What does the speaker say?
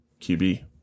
QB